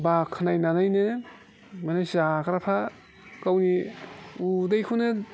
बाख्नायनैनो माने जाग्राफ्रा गावनि उदैखौनो